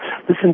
listen